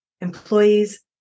employees